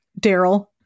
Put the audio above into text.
Daryl